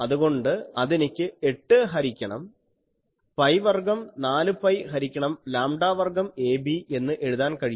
അതുകൊണ്ട് അതെനിക്ക് 8 ഹരിക്കണം പൈ വർഗ്ഗം 4 പൈ ഹരിക്കണം ലാംഡാ വർഗ്ഗം ab എന്ന് എഴുതാം